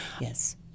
yes